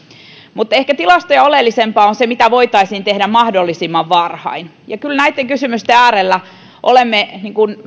mutta ehkä tilastoja oleellisempaa on se mitä voitaisiin tehdä mahdollisimman varhain kyllä näitten kysymysten äärellä olemme